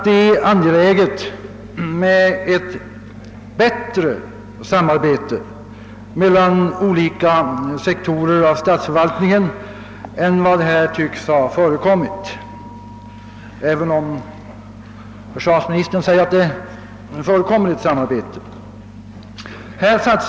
Det är angeläget att samarbetet mellan olika sektorer av statsförvaltningen blir bättre än vad det tycks vara, även om försvarsministern säger att det är ett samarbete.